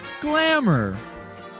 Glamour